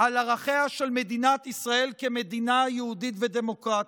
ועל ערכיה של מדינת ישראל כמדינה יהודית ודמוקרטית.